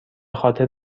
خاطر